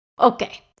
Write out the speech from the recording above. Okay